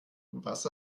was